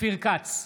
אופיר כץ,